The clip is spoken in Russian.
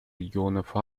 регионов